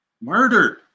murdered